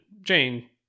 jane